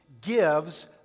gives